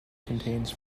contains